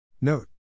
note